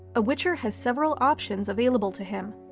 a witcher has several options available to him,